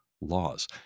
Laws